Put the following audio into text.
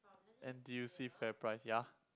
n_t_u_c Fairprice ya